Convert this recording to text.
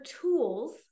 tools